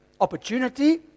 opportunity